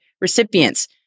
recipients